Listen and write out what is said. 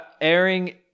airing